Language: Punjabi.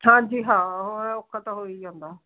ਹਾਂਜੀ ਹਾਂ ਔਖਾ ਤਾਂ ਹੋ ਹੀ ਜਾਂਦਾ